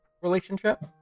relationship